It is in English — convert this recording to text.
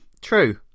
True